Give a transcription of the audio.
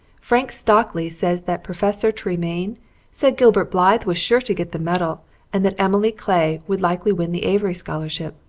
frank stockley says that professor tremaine said gilbert blythe was sure to get the medal and that emily clay would likely win the avery scholarship.